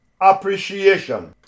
appreciation